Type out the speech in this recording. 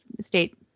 State